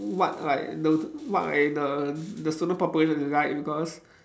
what like the what like the the student population is like because